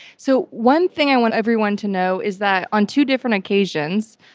so one thing i want everyone to know is that on two different occasions,